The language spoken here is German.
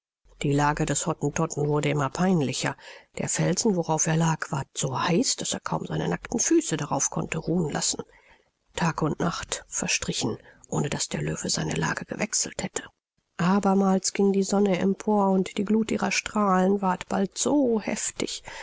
die lage des hottentotten wurde immer peinlicher der felsen worauf er lag ward so heiß daß er kaum seine nackten füße darauf konnte ruhen lassen tag und nacht verstrichen ohne daß der löwe seine lage gewechselt hätte abermal ging die sonne empor und die gluth ihrer strahlen ward bald so heftig